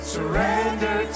Surrender